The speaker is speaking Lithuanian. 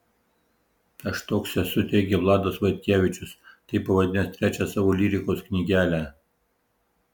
aš toks esu teigia vladas vaitkevičius taip pavadinęs trečią savo lyrikos knygelę